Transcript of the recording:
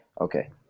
Okay